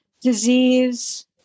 disease